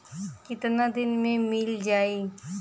कितना दिन में मील जाई?